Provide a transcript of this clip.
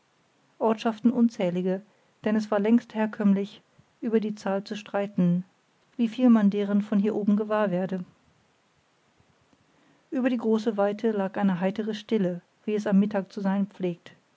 ortschaften unzählige denn es war längst herkömmlich über die zahl zu streiten wieviel man deren von hier oben gewahr werde über die große weite lag eine heitere stille wie es am mittag zu sein pflegt